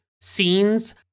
scenes